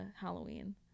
Halloween